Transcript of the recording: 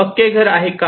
पक्के घर आहे का